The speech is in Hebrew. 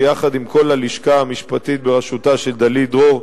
שיחד עם כל הלשכה המשפטית בראשותה של דלית דרור,